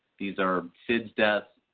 these are sids deaths